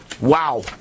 Wow